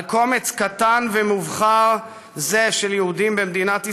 על קומץ קטן ומובחר זה של יהודים במדינת ישראל,